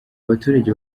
baturage